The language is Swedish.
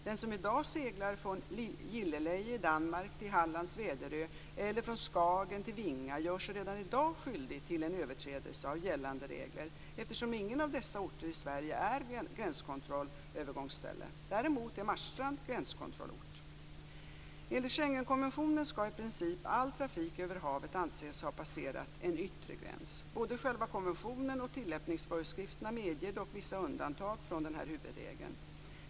Den som i dag seglar från Gilleleje i Danmark till Hallands Väderö eller från Skagen till Vinga gör sig redan i dag skyldig till en överträdelse av gällande regler, eftersom ingen av dessa orter i Sverige är gränskontrollsövergångsställen. Däremot är Marstrand gränskontrollort. Både själva konventionen och tillämpningsföreskrifterna medger dock vissa undantag från den huvudregeln.